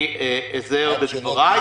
אני אזהר בדבריי.